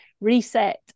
reset